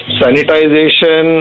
sanitization